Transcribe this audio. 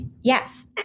Yes